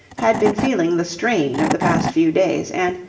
had been feeling the strain of the past few days, and,